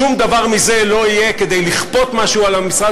שום דבר מזה לא יהיה כדי לכפות משהו על המשרד